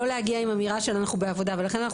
לא להגיע עם אמירה של אנחנו בעבודה ולכן אנחנו